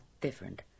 different